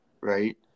right